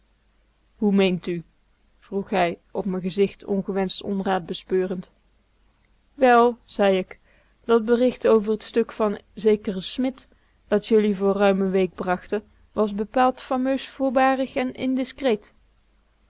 hoe meent u vroeg hij op m'n gezicht ongewenscht onraad speurend wel zei k dat bericht over t stuk van zekeren smit dat jullie voor ruim n week brachten was bepaald fameus voorbarig en indiscreet